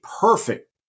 perfect